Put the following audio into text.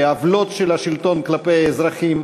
בעוולות של השלטון כלפי אזרחים,